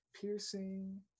piercing